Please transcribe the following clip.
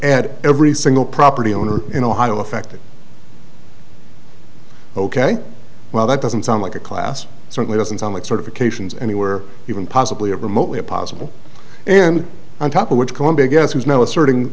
add every single property owner in ohio affected ok well that doesn't sound like a class certainly doesn't sound like sort of occasions anywhere even possibly a remotely possible and on top of which columbia guess was no asserting